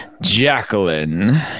Jacqueline